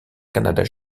canada